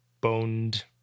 boned